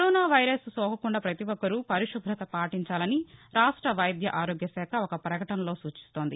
corona virus సోకకుండా పతి ఒక్కరూ పరిశుభ్రత పాటించాలని రాష్ట్ర వైద్య ఆరోగ్య శాఖ ఒక పకటనలో సూచిస్తోంది